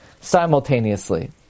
simultaneously